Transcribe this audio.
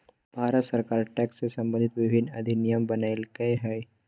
भारत सरकार टैक्स से सम्बंधित विभिन्न अधिनियम बनयलकय हइ